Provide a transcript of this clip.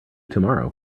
tomorrow